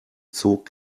zog